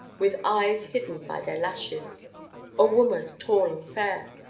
with eyes hidden by their lashes a woman tall and fair,